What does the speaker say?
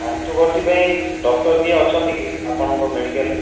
ଆଣ୍ଠୁ ଗଣ୍ଠି ପାଇଁ ଡକ୍ଟର କିଏ ଅଛନ୍ତି କି ଆପଣଙ୍କ ମେଡ଼ିକାଲ୍ରେ